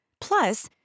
Plus